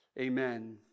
Amen